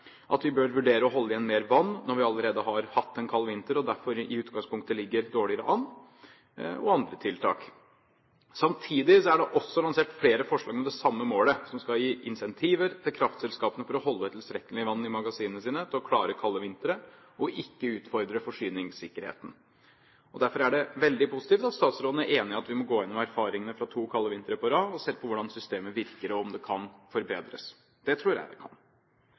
at vi bør vurdere å holde igjen mer vann når vi allerede har hatt en kald vinter og derfor i utgangspunktet ligger dårligere an, og andre tiltak. Samtidig er det lansert flere forslag med det samme målet, som skal gi incentiver til kraftselskapene for å holde tilstrekkelig vann i magasinene sine til å klare kalde vintre, og ikke utfordre forsyningssikkerheten. Derfor er det veldig positivt at statsråden er enig i at vi må gå gjennom erfaringene fra to kalde vintre på rad og se på hvordan systemene virker, og om det kan forbedres. Det tror jeg det kan.